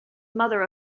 mother